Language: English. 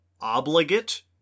obligate